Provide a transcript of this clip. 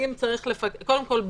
קודם כול,